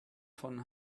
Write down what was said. von